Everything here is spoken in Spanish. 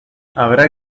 habrá